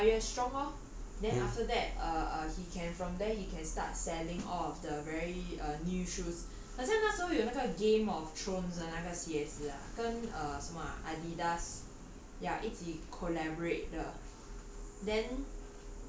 他 build 的那个 portfolio 就越来越 strong lor then after that err err he can from there he can start selling all of the very uh new shoes 好像那时候那个 game of thrones 的那个鞋子 ah 跟什么 ah Adidas ya 一起 collaborate 的